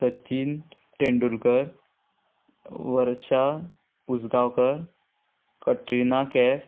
Sachin Tendulkar Varsha Usgaonkar Katrina calf